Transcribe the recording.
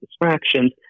distractions